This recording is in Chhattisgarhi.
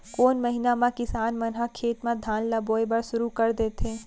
कोन महीना मा किसान मन ह खेत म धान ला बोये बर शुरू कर देथे?